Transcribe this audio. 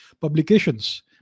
publications